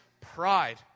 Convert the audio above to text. pride